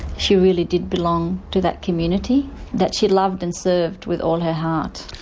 she really did belong to that community that she loved and served with all her heart.